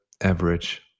average